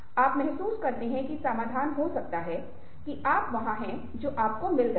आप महसूस करते हैं कि समाधान हो सकता है कि आप वहाँ हैं जो आपको मिल गया है